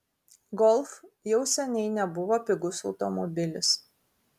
golf jau seniai nebuvo pigus automobilis